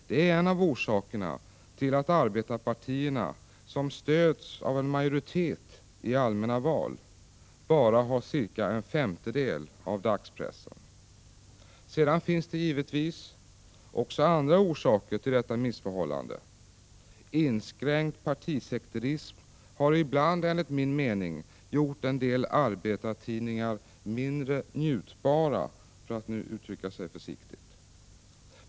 Detta är en av orsakerna till att arbetarpartierna, som stöds av en majoritet i allmänna val, bara har cirka en femtedel av dagspressen. Det finns givetvis också andra orsaker till detta missförhållande. Inskränkt partisekterism har ibland enligt min mening gjort en del arbetartidningar mindre njutbara, för att nu uttrycka sig försiktigt.